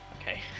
Okay